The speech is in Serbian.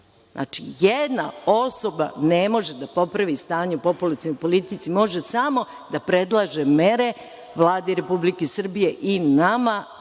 Znači, jedna osoba ne može da popravi stanje u populacionoj politici, može samo da predlaže mere Vladi Republike Srbije i nama